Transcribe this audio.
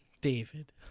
David